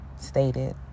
stated